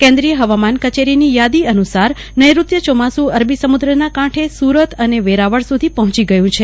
કેન્દ્રિય હેવામાન કચેરીની યાદી અનુસાર નૈઋત્ય ચોમાસુ અરબી સમુદ્રના કાંઠે સુરત અને વેરાવળ સુધી પહોંચી ગયું છે